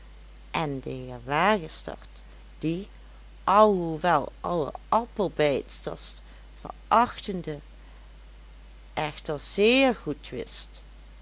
en de heer wagestert die alhoewel alle appelbijtsters verachtende echter zeer goed wist